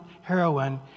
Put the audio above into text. heroin